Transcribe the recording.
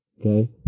Okay